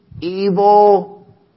evil